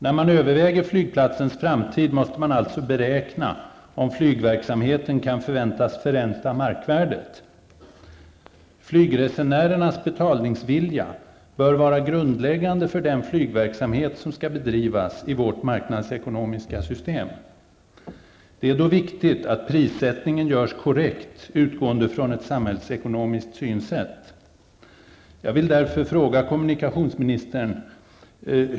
När man överväger flygplatsens framtid måste man alltså beräkna om flygverksamheten kan förväntas förränta markvärdet. Flygresenärernas betalningsvilja bör vara grundläggande för den flygverksamhet som skall bedrivas i vårt marknadsekonomiska system. Det är då viktigt att prissättningen görs korrekt utgående från ett samhällsekonomiskt synsätt.